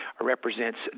represents